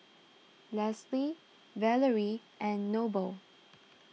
Leslee Valerie and Noble